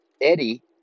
Eddie